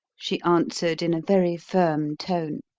she answered in a very firm tone.